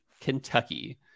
kentucky